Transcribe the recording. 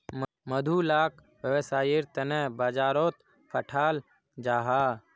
मधु लाक वैव्सायेर तने बाजारोत पठाल जाहा